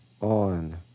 on